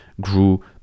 grew